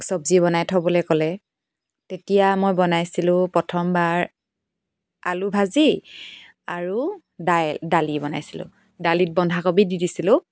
চব্জি বনাই থ'বলৈ ক'লে তেতিয়া মই বনাইছিলোঁ প্ৰথমবাৰ আলুভাজি আৰু দাইল দালি বনাইছিলোঁ দালিত বন্ধাকবি দি দিছিলোঁ